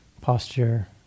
posture